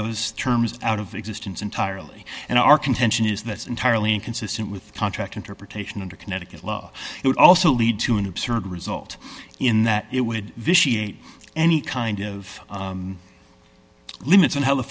those terms out of existence entirely and our contention is that's entirely inconsistent with contract interpretation under connecticut law it would also lead to an absurd result in that it would vitiate any kind of limits on how the